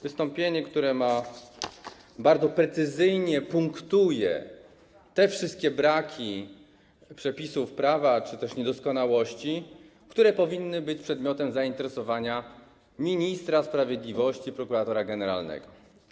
Wystąpienie bardzo precyzyjnie punktuje wszystkie braki przepisów prawa czy też niedoskonałości, które powinny być przedmiotem zainteresowania ministra sprawiedliwości - prokuratora generalnego.